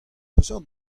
peseurt